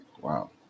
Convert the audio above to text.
Wow